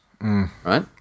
right